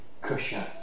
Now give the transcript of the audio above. cushion